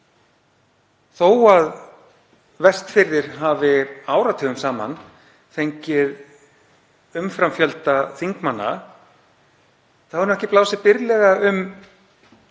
Þó að Vestfirðir hafi áratugum saman fengið umframfjölda þingmanna hefur nú ekki blásið byrlega um það